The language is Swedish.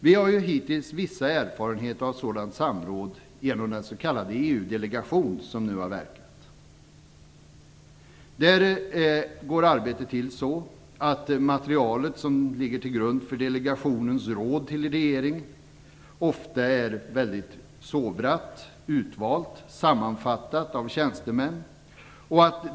Vi har hittills vissa erfarenheter av sådant samråd genom den s.k. EU-delegationen, som nu har verkat. Där går arbetet till så att det material som ligger till grund för delegationens råd till regeringen ofta är väldigt sovrat, utvalt och sammanfattat av tjänstemän.